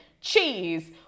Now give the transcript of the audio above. cheese